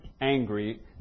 angry